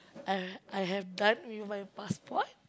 I I have done with my passport